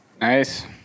Nice